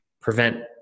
prevent